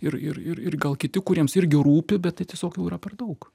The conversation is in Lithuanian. ir ir ir ir gal kiti kuriems irgi rūpi bet tai tiesiog jau yra per daug